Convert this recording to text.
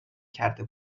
کرده